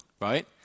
right